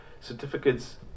certificates